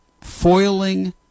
foiling